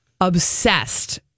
obsessed